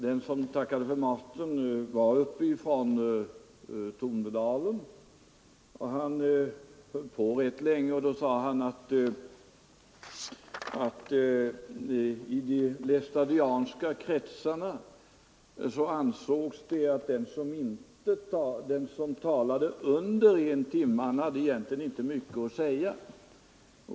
Den som tackade för maten kom från Tornedalen och han talade rätt länge. Han sade då bl.a. att det i laestadianska kretsar ansågs att den som talade mindre än en timme egentligen inte hade mycket att säga.